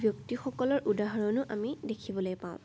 ব্যক্তিসকলৰ উদাহৰণো আমি দেখিবলৈ পাওঁ